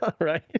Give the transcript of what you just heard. right